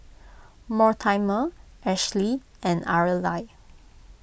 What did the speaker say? Mortimer Ashley and Arely